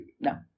No